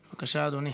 בבקשה, אדוני.